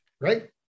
right